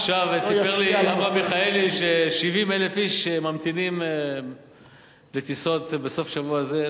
עכשיו סיפר לי אברהם מיכאלי ש-70,000 איש ממתינים לטיסות בסוף שבוע זה.